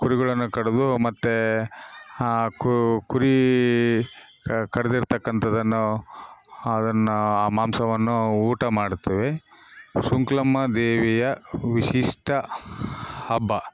ಕುರಿಗಳನ್ನು ಕಡಿದು ಮತ್ತು ಕುರಿ ಕಡಿದಿರ್ತಕಂಥದನ್ನು ಅದನ್ನ ಆ ಮಾಂಸವನ್ನು ಊಟ ಮಾಡ್ತೆವೆ ಶುಂಕ್ಲಮ್ಮ ದೇವಿಯ ವಿಶಿಷ್ಟ ಹಬ್ಬ